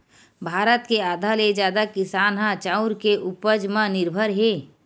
भारत के आधा ले जादा किसान ह चाँउर के उपज म निरभर हे